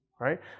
right